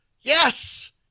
yes